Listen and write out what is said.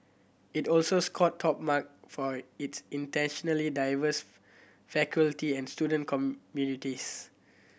it also scored top mark for its internationally diverse faculty and student communities